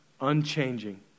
unchanging